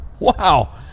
Wow